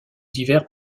divers